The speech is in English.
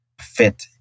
fit